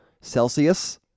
celsius